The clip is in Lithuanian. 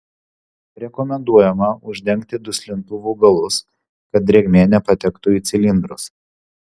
rekomenduojama uždengti duslintuvų galus kad drėgmė nepatektų į cilindrus